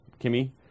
Kimmy